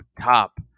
top